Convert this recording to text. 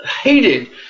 hated